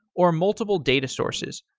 or multiple data sources.